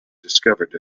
discovered